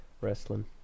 wrestling